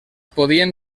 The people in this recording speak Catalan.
podien